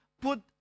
put